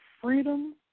freedom